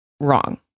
wrong